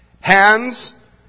Hands